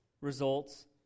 results